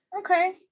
Okay